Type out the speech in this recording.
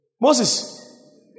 Moses